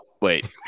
wait